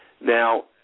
Now